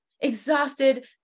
exhausted